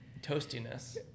toastiness